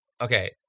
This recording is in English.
okay